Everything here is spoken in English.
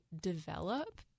develop